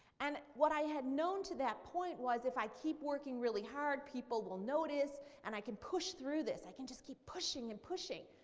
and what i had known to that point was if i keep working really hard people will notice and i can push through this. i can just keep pushing and pushing.